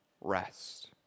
rest